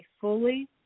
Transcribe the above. fully